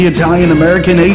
Italian-American